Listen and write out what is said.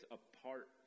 apart